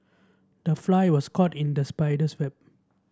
the fly was caught in the spider's web